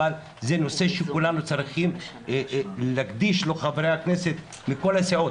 אבל זה נושא שכולנו צריכים להקדיש לו חברי הכנסת מכל הסיעות,